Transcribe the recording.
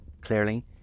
Clearly